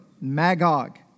Magog